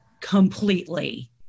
completely